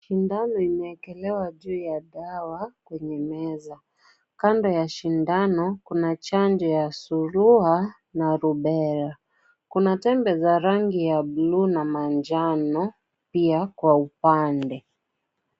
Sindano imewekelewa juu ya dawa kwenye meza kando ya sindano kuna chanjo ya surua na (cs)rubella(cs). Kuna tembea za rangi ya blue na manjano pia Kwa upande.